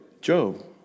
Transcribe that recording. Job